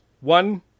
One